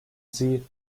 sie